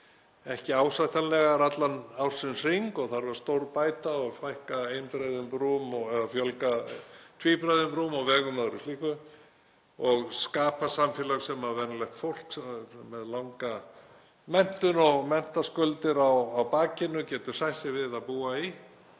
ekki ásættanlegar allan ársins hring og þarf að stórbæta og fækka einbreiðum brúm og fjölga tvíbreiðum brúm á vegum og öðru slíku og skapa samfélag sem venjulegt fólk með langa menntun og menntaskuldir á bakinu getur sætt sig við að búa í,